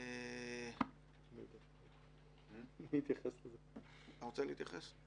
אתה רוצה להתייחס?